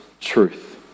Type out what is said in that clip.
truth